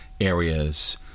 areas